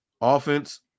offense